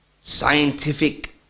scientific